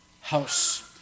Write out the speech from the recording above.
house